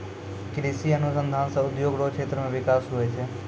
कृषि अनुसंधान से उद्योग रो क्षेत्र मे बिकास हुवै छै